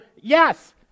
yes